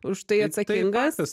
už tai atsakingas